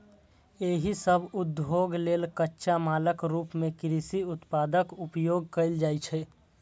एहि सभ उद्योग लेल कच्चा मालक रूप मे कृषि उत्पादक उपयोग कैल जाइ छै